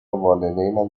والدینم